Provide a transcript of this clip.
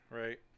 right